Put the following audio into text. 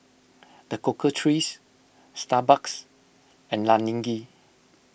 the Cocoa Trees Starbucks and Laneige